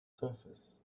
surface